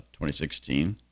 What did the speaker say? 2016